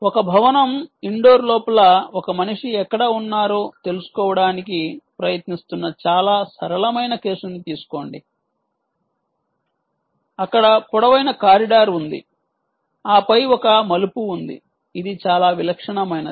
ఒక భవనం ఇండోర్ లోపల ఒక మనిషి ఎక్కడ ఉన్నారో తెలుసుకోవడానికి ప్రయత్నిస్తున్న చాలా సరళమైన కేసును తీసుకోండి అక్కడ పొడవైన కారిడార్ ఉంది ఆపై ఒక మలుపు ఉంది ఇది చాలా విలక్షణమైనది